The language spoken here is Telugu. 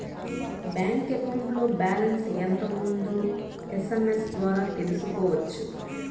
బ్యాంక్ అకౌంట్లో బ్యాలెన్స్ ఎంత ఉందో ఎస్ఎంఎస్ ద్వారా తెలుసుకోవచ్చు